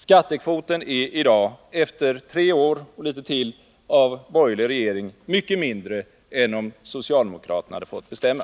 Skattekvoten är i dag, efter tre år och litet mer av borgerligt styre, mycket mindre än den hade varit om socialdemokraterna hade fått bestämma.